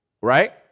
right